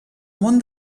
món